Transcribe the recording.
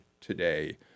today